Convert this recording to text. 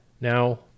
Now